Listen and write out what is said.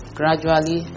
gradually